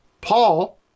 Paul